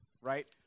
right